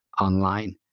online